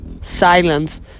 Silence